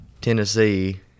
Tennessee